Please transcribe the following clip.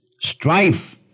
strife